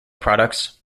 products